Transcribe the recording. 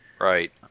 Right